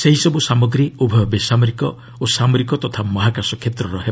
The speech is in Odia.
ସେହିସବୁ ସାମଗ୍ରୀ ଉଭୟ ବେସାମରିକ ଓ ସାମରିକ ତଥା ମହାକାଶ କ୍ଷେତ୍ରର ହେବ